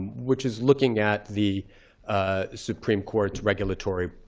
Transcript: which is looking at the supreme court's regulatory